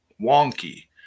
wonky